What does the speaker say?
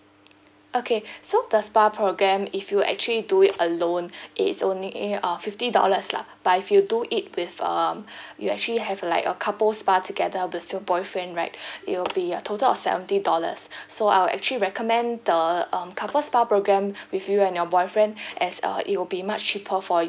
okay so the spa programme if you actually do it alone it is only uh fifty dollars lah but if you do it with um you actually have like a couple spa together with your boyfriend right it will be a total of seventy dollars so I'll actually recommend the um couple spa programme with you and your boyfriend as uh it will be much cheaper for you